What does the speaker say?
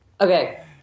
okay